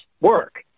work